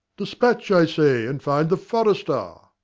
dispatch, i say, and find the forester.